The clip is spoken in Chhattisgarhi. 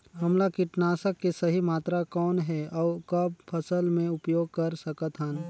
हमला कीटनाशक के सही मात्रा कौन हे अउ कब फसल मे उपयोग कर सकत हन?